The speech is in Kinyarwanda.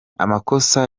amakosa